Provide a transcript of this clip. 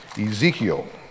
Ezekiel